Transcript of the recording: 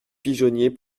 pigeonnier